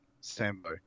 Sambo